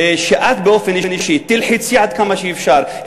שאת באופן אישי תלחצי עד כמה שאפשר,